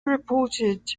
reported